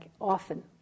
often